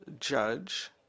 judge